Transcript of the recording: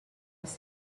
was